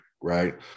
Right